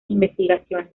investigaciones